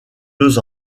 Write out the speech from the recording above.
deux